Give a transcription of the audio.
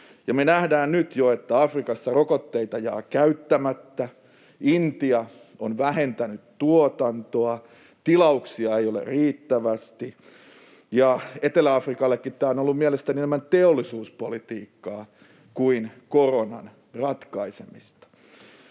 Me nähdään nyt jo, että Afrikassa rokotteita jää käyttämättä, Intia on vähentänyt tuotantoa, tilauksia ei ole riittävästi, ja Etelä-Afrikallekin tämä on ollut mielestäni enemmän teollisuuspolitiikkaa kuin koronan ratkaisemista.